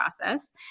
process